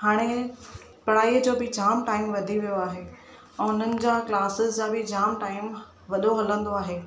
हाणे पढ़ाईअ जो बि जाम टाईम वधी वियो आहे ऐं उन्हनि जे क्लासिस जा बि जाम टाईम वॾो हलंदो आहे